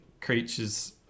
Creatures